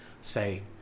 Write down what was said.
say